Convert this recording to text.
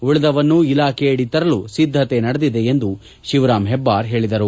ಉಳಿದವನ್ನೂ ಇಲಾಖೆಯಡಿ ತರಲು ಸಿದ್ದತೆ ನಡೆದಿದೆ ಎಂದು ಶಿವರಾಮ್ ಹೆಬ್ಲಾರ್ ಹೇಳಿದರು